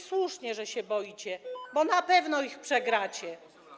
Słusznie, że się boicie, bo na pewno je przegracie.